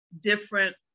different